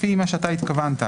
לפי מה שאתה התכוונת,